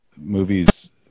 movies